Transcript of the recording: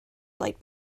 light